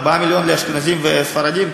4 מיליון לאשכנזים, 2, לספרדים.